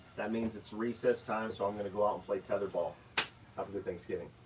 that means it's recess time, so i'm gonna go out and play tetherball. have a good thanksgiving.